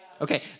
Okay